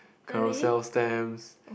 Carousell stamps